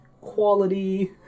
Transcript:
quality